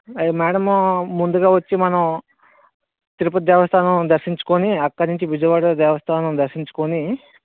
madam ముందుగా వచ్చి మనం తిరుపతి దేవస్థానం దర్శించుకొని అక్కడి నుంచి విజయవాడ దేవస్థానం దర్శించుకొని